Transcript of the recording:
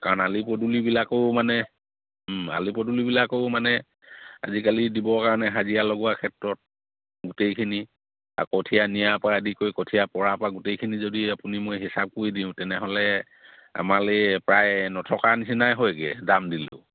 কাৰণ আলি পদূলিবিলাকো মানে আলি পদূলিবিলাকো মানে আজিকালি দিবৰ কাৰণে হাজিৰা লগোৱা ক্ষেত্ৰত গোটেইখিনি আকৌ কঠীয়া নিয়াৰ পৰা আদি কৰি কঠীয়া পৰাৰ পৰা গোটেইখিনি যদি আপুনি মই হিচাপ কৰি দিওঁ তেনেহ'লে আমালৈ এই প্ৰায় নথকা নিচিনাই হয়গৈ দাম দিলেও